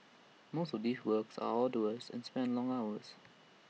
most of these works are arduous and span long hours